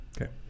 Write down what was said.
Okay